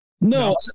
No